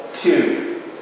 Two